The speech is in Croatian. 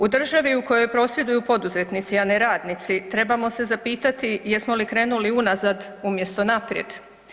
U državi u kojoj prosvjeduju poduzetnici, a ne radnici, trebamo se zapitati jesmo li krenuli unazad umjesto naprijed.